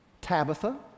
Tabitha